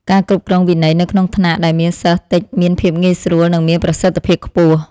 ការគ្រប់គ្រងវិន័យនៅក្នុងថ្នាក់ដែលមានសិស្សតិចមានភាពងាយស្រួលនិងមានប្រសិទ្ធភាពខ្ពស់។